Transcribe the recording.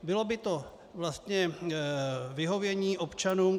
Bylo by to vlastně vyhovění občanům.